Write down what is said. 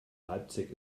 leipzig